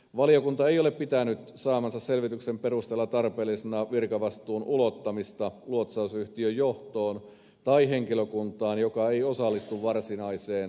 valiokunta ei ole pitänyt saamansa selvityksen perusteella tarpeellisena virkavastuun ulottamista luotsausyhtiön johtoon tai henkilökuntaan joka ei osallistu varsinaiseen luotsaukseen